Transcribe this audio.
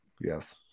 yes